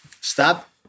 stop